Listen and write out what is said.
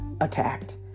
attacked